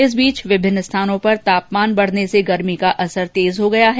इस बीच विभिन्न स्थानों पर तापमान बढ़ने से गर्मी का असर तेज हो गया है